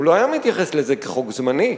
הוא לא היה מתייחס לזה כחוק זמני.